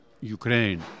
Ukraine